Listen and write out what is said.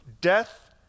Death